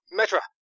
Metra